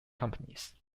companies